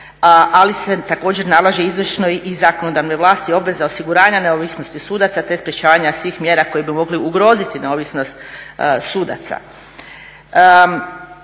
ali se također nalaže izvršnoj i zakonodavnoj vlasti obveza osiguranja neovisnosti sudaca te sprečavanja svih mjera koje bi mogle ugroziti neovisnost sudaca.